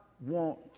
want